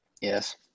yes